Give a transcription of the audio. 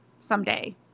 Someday